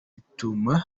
bituma